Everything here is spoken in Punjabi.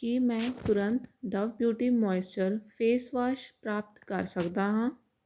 ਕੀ ਮੈਂ ਤੁਰੰਤ Dove beauty moisture face wash ਪ੍ਰਾਪਤ ਕਰ ਸਕਦਾ ਹਾਂ